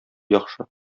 яхшы